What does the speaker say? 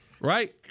Right